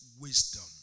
wisdom